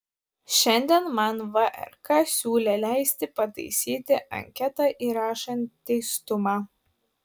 šiandien man vrk siūlė leisti pataisyti anketą įrašant teistumą